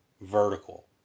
vertical